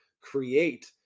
create